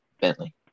Bentley